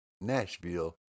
Nashville